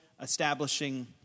establishing